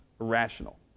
irrational